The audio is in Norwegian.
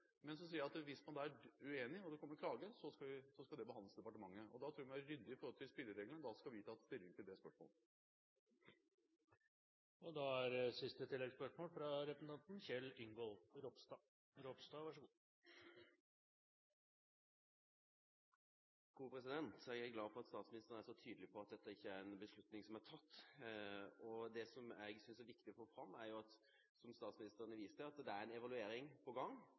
Men så sier vi at hvis man er uenig og det kommer klage, skal den behandles i departementet. Da må vi være ryddige med hensyn til spillereglene, og da skal vi ta stilling til det spørsmålet. Kjell Ingolf Ropstad – til oppfølgingsspørsmål. Jeg er glad for at statsministeren er så tydelig på at dette ikke er en beslutning som er tatt. Det som jeg synes er viktig å få fram, og som statsministeren viste til, er at det er et prosjekt på gang,